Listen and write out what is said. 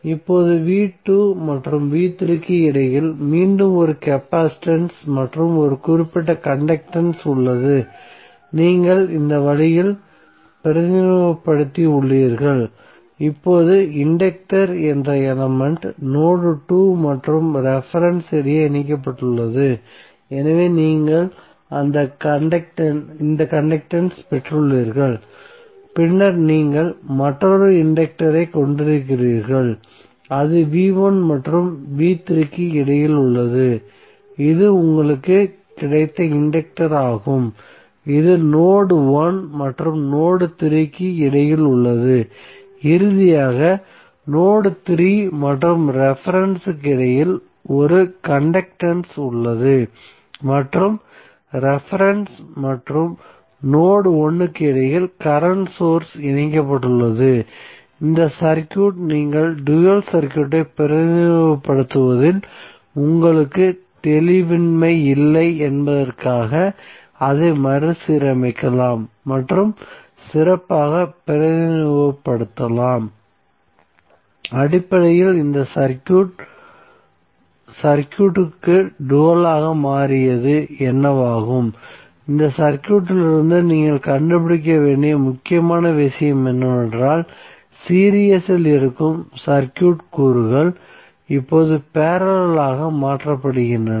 இப்போது v2 மற்றும் v3 க்கு இடையில் மீண்டும் ஒரு கெப்பாசிட்டன்ஸ் மற்றும் ஒரு கண்டக்டன்ஸ் உள்ளது நீங்கள் இந்த வழியில் பிரதிநிதித்துவப்படுத்தி உள்ளீர்கள் இப்போது இன்டக்டர் என்ற எலமெண்ட் நோட் 2 மற்றும் ரெபரென்ஸ் இடையே இணைக்கப்பட்டுள்ளது எனவே நீங்கள் இந்த கண்டக்டன்ஸ் பெற்றுள்ளீர்கள் பின்னர் நீங்கள் மற்றொரு இன்டக்டரை க் கொண்டிருக்கிறீர்கள் அது v1 மற்றும் v3 க்கு இடையில் உள்ளது இது உங்களுக்கு கிடைத்த இன்டக்டர் ஆகும் இது நோட் 1 மற்றும் நோட் 3 க்கு இடையில் உள்ளது இறுதியாக நோட் 3 மற்றும் ரெபரென்ஸ் இடையில் உங்களுக்கு ஒரு கண்டக்டன்ஸ் உள்ளது மற்றும் ரெபரென்ஸ் மற்றும் நோட் 1 க்கு இடையில் கரண்ட் சோர்ஸ் இணைக்கப்பட்டுள்ளது இந்த சர்க்யூட் நீங்கள் டூயல் சர்க்யூட்டை பிரதிநிதித்துவப்படுத்துவதில் உங்களுக்கு தெளிவின்மை இல்லை என்பதற்காக அதை மறுசீரமைக்கலாம் மற்றும் சிறப்பாக பிரதிநிதித்துவப்படுத்தலாம் அடிப்படையில் இந்த சர்க்யூட் சர்க்யூட்க்கு டூயல் ஆக மாறியது என்னவாகும் இந்த சர்க்யூட்டிலிருந்து நீங்கள் கண்டுபிடிக்க வேண்டிய முக்கியமான விஷயம் என்னவென்றால் சீரிஸ் இல் இருக்கும் சர்க்யூட் கூறுகள் இப்போது பேரலல் ஆக மாற்றப்படுகின்றன